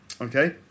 okay